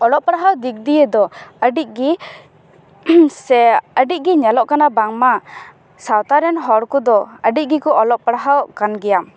ᱚᱞᱚᱜ ᱯᱟᱲᱦᱟᱣ ᱫᱤᱠ ᱫᱤᱭᱮ ᱫᱚ ᱟᱰᱤ ᱜᱮ ᱥᱮ ᱟᱰᱤᱜᱮ ᱧᱮᱞᱚᱜ ᱠᱟᱱᱟ ᱵᱟᱝᱢᱟ ᱥᱟᱶᱛᱟ ᱨᱮᱱ ᱦᱚᱲ ᱠᱚᱫᱚ ᱟᱰᱤ ᱜᱮᱠᱚ ᱚᱞᱚᱜ ᱯᱟᱲᱦᱟᱣᱚᱜ ᱠᱟᱱ ᱜᱮᱭᱟ